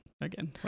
Again